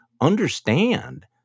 understand